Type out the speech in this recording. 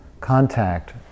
contact